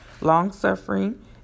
long-suffering